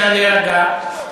נא להירגע.